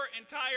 entire